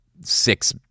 six